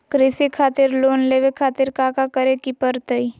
कृषि खातिर लोन लेवे खातिर काका करे की परतई?